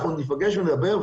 אנחנו ניפגש ונדבר,